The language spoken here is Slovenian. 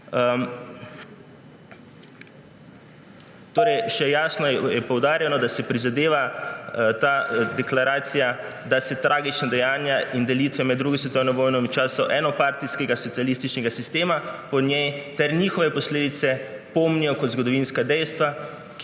opozicije. Jasno je poudarjeno še, da si ta deklaracija prizadeva, da se tragična dejanja in delitve med drugo svetovno vojno in v času enopartijskega socialističnega sistema po njej ter njihove posledice pomnijo kot zgodovinska dejstva,